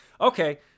Okay